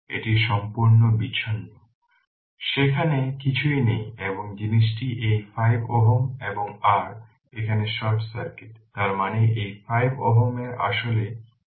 এটি সম্পূর্ণ বিচ্ছিন্ন সেখানে কিছুই নেই এবং জিনিসটি এই 5 Ω এবং r এখানে এটি শর্ট সার্কিট তার মানে এই 5 Ω এর আসলে কোন ভ্যালু নেই